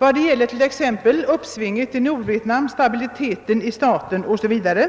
Jag avser exempelvis uppsvinget i Nordkorea, stabiliteten där o.s.v. Nordkorea